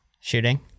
shooting